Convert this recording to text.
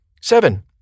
Seven